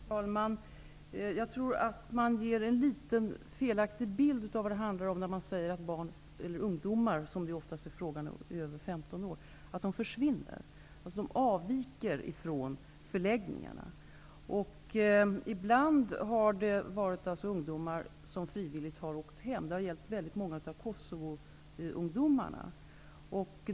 Herr talman! Jag tror att man ger en litet felaktig bild av vad det handlar om när man säger att ungdomar -- oftast är det fråga om barn över 15 år -- försvinner. De avviker från förläggningarna. Ibland har det varit fråga om ungdomar som frivilligt har åkt hem. Det har gällt väldigt många av kosovoungdomarna.